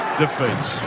defeats